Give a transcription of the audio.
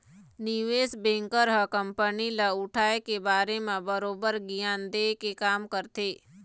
निवेस बेंकर ह कंपनी ल उठाय के बारे म बरोबर गियान देय के काम करथे